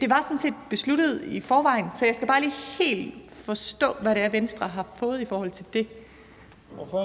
Det var sådan set besluttet i forvejen. Så jeg skal bare lige helt forstå, hvad det er, Venstre har fået i forhold til det. Kl.